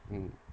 mm